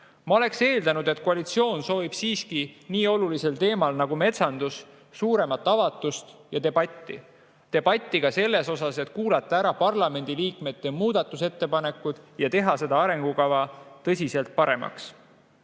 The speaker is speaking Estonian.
Ma oleksin eeldanud, et koalitsioon soovib siiski nii olulisel teemal nagu metsandus suuremat avatust ja debatti, ka selles mõttes, et [oleks tahetud] kuulata ära parlamendiliikmete muudatusettepanekud ja teha seda arengukava tõsiselt paremaks.